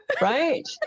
Right